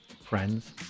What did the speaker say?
friends